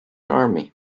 army